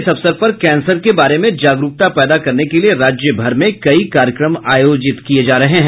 इस अवसर पर कैंसर के बारे में जागरूकता पैदा करने के लिए राज्यभर में कई कार्यक्रम आयोजित किये जा रहे हैं